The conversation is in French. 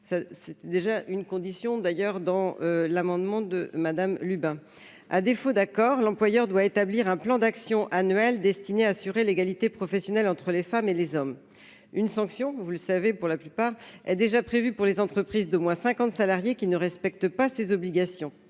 c'est déjà une condition d'ailleurs dans l'amendement de Madame Lubin, à défaut d'accord, l'employeur doit établir un plan d'action annuelle destinée à assurer l'égalité professionnelle entre les femmes et les hommes, une sanction, vous le savez, pour la plupart déjà prévues pour les entreprises d'au moins 50 salariés qui ne respectent pas ces obligations,